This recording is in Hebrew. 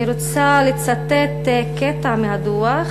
אני רוצה לצטט קטע מהדוח,